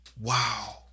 Wow